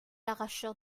arracheur